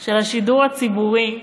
של השידור הציבורי,